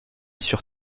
sur